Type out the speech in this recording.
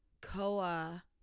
Koa